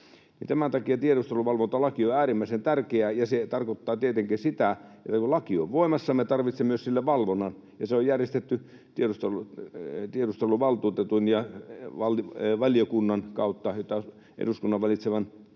Tämän takia tiedusteluvalvontalaki on äärimmäisen tärkeä. Ja se tarkoittaa tietenkin sitä, että kun laki on voimassa, me tarvitsemme myös sille valvonnan. Se on järjestetty tiedusteluvaltuutetun ja eduskunnan valitseman valiokunnan